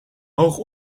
hoog